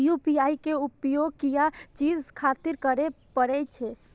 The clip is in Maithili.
यू.पी.आई के उपयोग किया चीज खातिर करें परे छे?